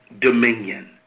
dominion